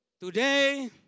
Today